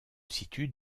situe